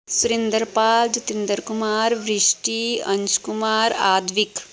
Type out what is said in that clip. Surinder Pal Jatinder Kumar Varishti Ansh Kumar Aadivik